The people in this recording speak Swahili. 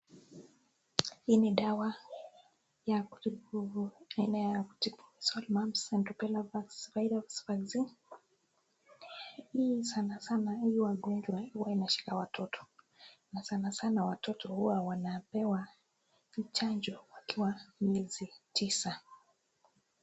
Hii ni dawa ya chanjo aina ya kutibu measles, mumps, and rubella virus vaccine . Hii sana sana huwaga ni ugonjwa inashika watoto. Na sana sana watoto huwa wanapewa hii chanjo wakiwa miezi tisa.